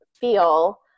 feel